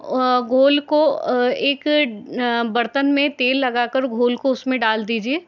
घोल को एक बर्तन में तेल लगाकर घोल को उसमें डाल दीजिए